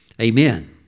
Amen